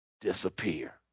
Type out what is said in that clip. disappear